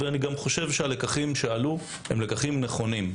אני גם חושב שהלקחים שעלו הם לקחים נכונים.